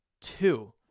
two